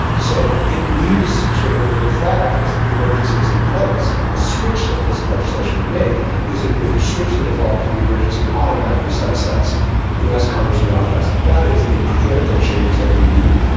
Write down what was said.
so it leaves sort of the default is that the emergency is in place. and the switch that this legislation would make is it would switch the default to the emergency automatically sunsets unless congress reauthorized it. that is a critical change that we need.